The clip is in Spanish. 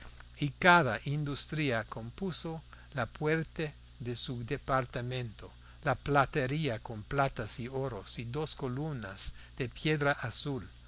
y cada industria compuso la puerta de su departamento la platería con platas y oros y dos columnas de piedra azul